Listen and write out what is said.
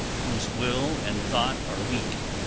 whose will and thought are weak,